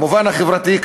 במובן החברתי,